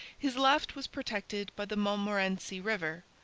his left was protected by the montmorency river,